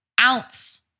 ounce